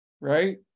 Right